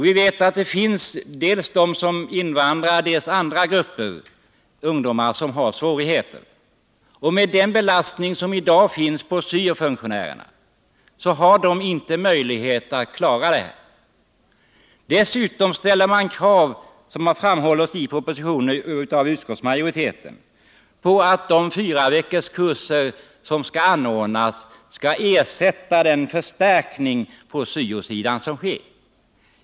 Vi vet att både invandrarungdomar och andra ungdomsgrupper har svårigheter. Med den belastning som syo-funktionärerna i dag har kan de inte klara denna uppgift. Dessutom ställer propositionen och utskottsmajoriteten kravet att de 40-veckorskurser som skall anordnas skall ersätta den förstärkning som sker på syo-sidan.